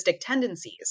tendencies